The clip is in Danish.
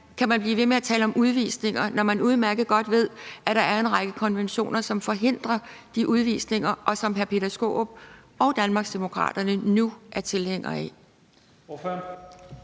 kan man blive ved med at tale om udvisninger, når man udmærket godt ved, at der er en række konventioner, som forhindrer de udvisninger, og som hr. Peter Skaarup og Danmarksdemokraterne nu er tilhængere af?